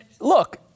look